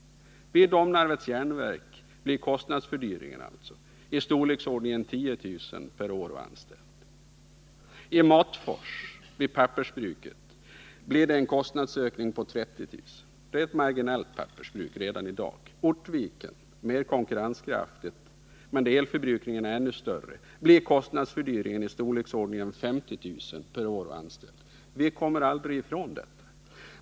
Vid Domnarvets Jernverk blir kostnadsfördyringen i storleksordningen 10 000 kr. per år och anställd. Vid pappersbruket i Matfors blir det en kostnadsfördyring på 30 000 kr. per år och anställd. Det är ett marginellt pappersbruk redan i dag. För Ortviken, som visserligen är mer konkurrenskraftigt men där elförbrukningen är ännu större, blir kostnadsfördyringen i storleksordningen 50 000 kr. per år och anställd. Vi kommer aldrig ifrån det.